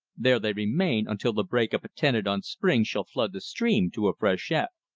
there they remain until the break-up attendant on spring shall flood the stream to a freshet.